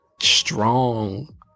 strong